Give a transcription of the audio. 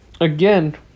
Again